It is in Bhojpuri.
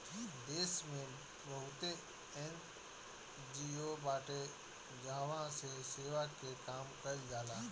देस में बहुते एन.जी.ओ बाटे जहवा पे सेवा के काम कईल जाला